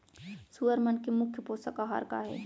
सुअर मन के मुख्य पोसक आहार का हे?